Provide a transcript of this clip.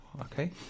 Okay